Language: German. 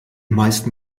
meisten